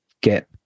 get